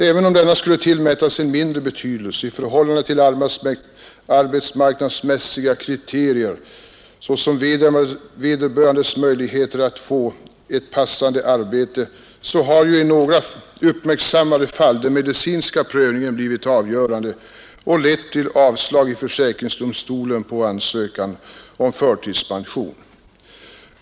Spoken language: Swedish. Även om denna skulle tillmätas mindre betydelse i förhallande till arbetsmarknadsmässiga kriterier, såsom vederbörandes möjligheter att få ett passande arbete, så har i nagra uppmärksammade fall den medicinska prövningen blivit avgörande och lett till avslag i försäkringsdomstolen på ansökan om förtidspension.